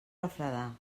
refredar